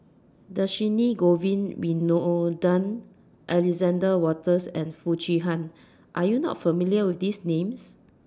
Dhershini Govin Winodan Alexander Wolters and Foo Chee Han Are YOU not familiar with These Names